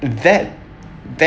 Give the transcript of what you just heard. that that